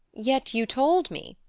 yet you told me,